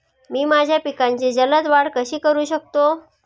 मी माझ्या पिकांची जलद वाढ कशी करू शकतो?